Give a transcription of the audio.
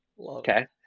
okay